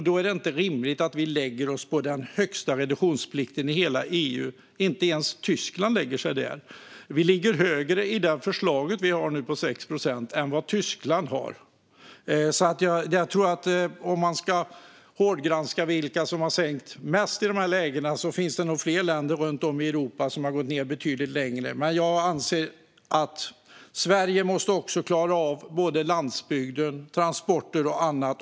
Då är det inte rimligt att vi i Sverige lägger oss på den högsta reduktionsplikten i hela EU. Inte ens Tyskland lägger sig där. Vi ligger med det förslag på 6 procent vi nu har högre än vad Tyskland ligger på. Om man ska hårdgranska vilka som har sänkt mest i de här lägena finns det nog fler länder runt om i Europa som har gått ned betydligt mer. Jag anser att Sverige också måste klara av både landsbygd, transporter och annat.